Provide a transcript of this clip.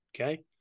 Okay